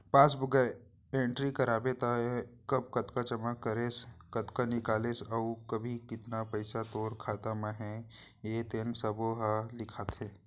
passbook entry कराबे त कब कतका जमा करेस, कतका निकालेस अउ अभी कतना पइसा तोर खाता म हे तेन सब्बो ह लिखाथे